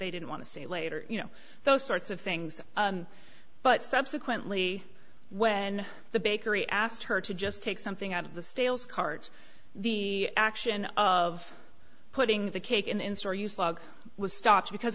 they didn't want to say later you know those sorts of things but subsequently when the bakery asked her to just take something out of the stale scart the action of putting the cake in store you slug was stopped because